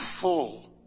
full